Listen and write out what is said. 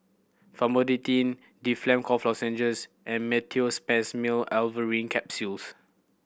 Famotidine Difflam Cough Lozenges and Meteospasmyl Alverine Capsules